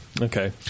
Okay